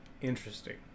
interesting